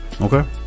Okay